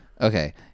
Okay